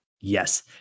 Yes